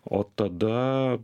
o tada